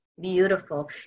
Beautiful